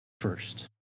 first